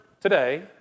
today